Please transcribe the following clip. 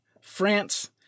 France